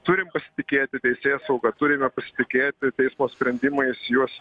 turim pasitikėti teisėsauga turime pasitikėti teismo sprendimais juos